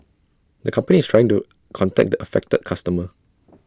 the company is trying to contact the affected customer